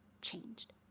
changed